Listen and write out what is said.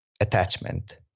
attachment